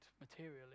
materially